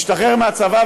משתחרר מהצבא,